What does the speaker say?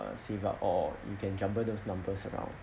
uh save up or you can jumble those numbers around